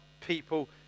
people